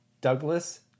Douglas